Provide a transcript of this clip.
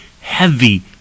heavy